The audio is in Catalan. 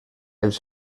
els